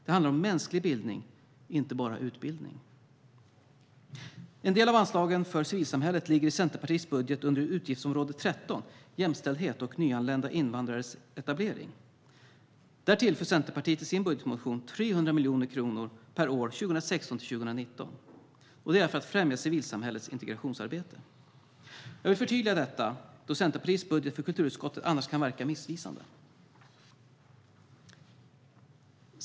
Det handlar om mänsklig bildning, inte bara utbildning. En del av anslagen för civilsamhället ligger i Centerpartiets budget under utgiftsområde 13 Jämställdhet och nyanlända invandrares etablering. Där tillför Centerpartiet i sin budgetmotion 300 miljoner kronor per år 2016-2019 för att främja civilsamhällets integrationsarbete. Jag vill förtydliga detta då Centerpartiets budget för kulturutskottet annars kan verka missvisande.